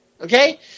okay